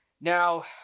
Now